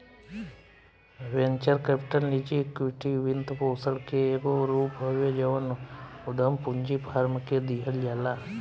venture capital निजी equity वित्तपोषण के एगो रूप हवे जवन उधम पूंजी फार्म के दिहल जाला